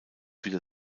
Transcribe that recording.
wieder